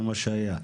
הגירה?